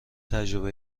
تجربه